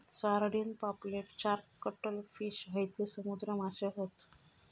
sardine, पापलेट, shark, cuttlefish हयते समुद्री माशे हत